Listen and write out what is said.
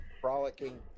Frolicking